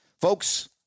Folks